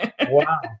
Wow